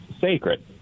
sacred